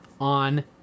on